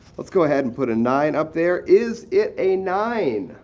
let's go ahead and put a nine up there. is it a nine?